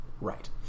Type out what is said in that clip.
right